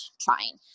trying